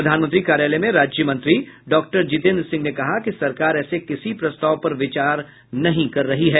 प्रधानमंत्री कार्यालय में राज्यमंत्री डॉक्टर जितेन्द्र सिंह ने कहा कि सरकार ऐसे किसी प्रस्ताव पर विचार नहीं कर रही है